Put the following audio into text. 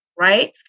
right